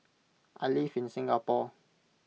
I live in Singapore